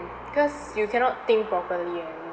because you cannot think properly you